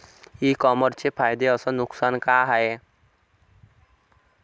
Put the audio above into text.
इ कामर्सचे फायदे अस नुकसान का हाये